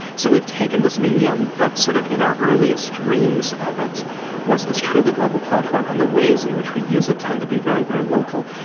so we've taken this medium that sort of in our earliest dreams of it was this truly global platform, and the ways in which we use it to be very, very local.